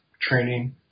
training